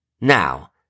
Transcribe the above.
Now